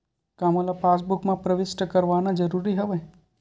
का मोला पासबुक म प्रविष्ट करवाना ज़रूरी हवय?